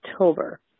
October